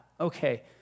okay